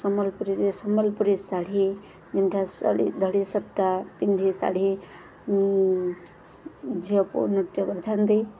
ସମ୍ବଲପୁରୀରେ ସମ୍ବଲପୁରୀ ଶାଢ଼ୀ ଯେନ୍ଠା ଶଢ଼ ଧଡ଼ି ସପ୍ଟା ପିନ୍ଧି ଶାଢ଼ୀ ଝିଅକୁ ନୃତ୍ୟ କରିଥାନ୍ତି